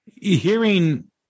hearing